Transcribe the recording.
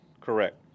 Correct